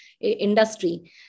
industry